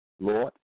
Lord